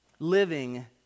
Living